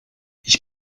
ich